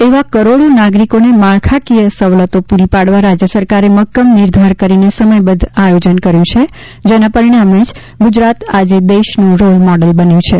એવા કરોડો નાગરિકોને માળખાકીય સવલતો પૂરી પાડવા રાજ્ય સરકારે મક્કમ નિર્ધાર કરીને સમયબદ્ધ આયોજન કર્યું છે જેના પરિણામે જ ગુજરાત આજે દેશનું રોલ મોડલ બન્યું છે